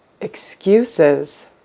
excuses